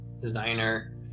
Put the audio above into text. designer